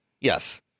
Yes